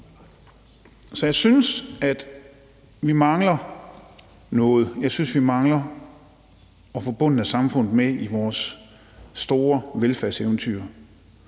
Så jeg synes, at vi mangler noget; jeg synes, vi mangler at få bunden af samfundet med i vores store velfærdseventyr.